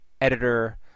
editor